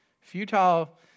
Futile